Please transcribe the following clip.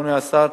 אדוני השר,